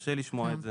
קשה לשמוע את זה.